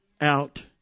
out